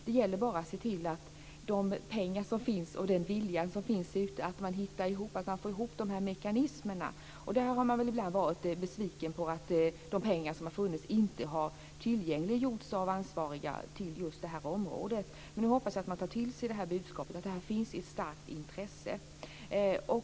Det gäller bara att se till att de pengar som finns och den vilja som finns så att säga hittar varandra. Ibland har det blivit besvikelse över att de pengar som har funnits inte har tillgängliggjorts av ansvariga till just detta område. Men nu hoppas jag att man tar till sig detta budskap och att det finns ett starkt intresse.